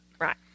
Right